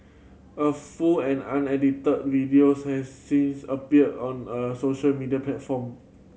a full and unedited videos has since appeared on a social media platform